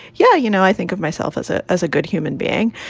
yeah, you know, i think of myself as a as a good human being.